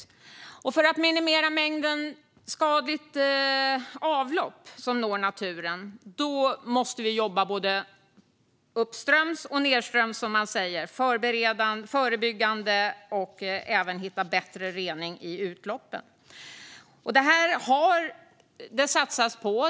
För att vi ska kunna minimera mängden skadligt avloppsvatten som når naturen måste vi jobba både uppströms och nedströms, som man säger. Vi måste jobba förebyggande och även hitta bättre rening vid utloppen. Detta har det satsats på.